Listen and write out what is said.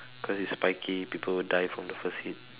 because it's spiky people will die from the first hit